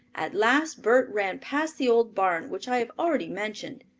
at last bert ran past the old barn which i have already mentioned.